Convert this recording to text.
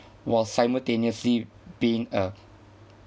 while simultaneously being a